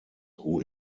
who